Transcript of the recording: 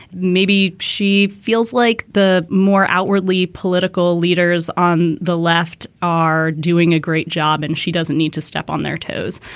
maybe she feels like the more outwardly political leaders on the left are doing a great job and she doesn't need to step on their toes.